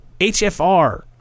HFR